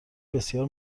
بسیار